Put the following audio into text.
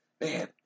Man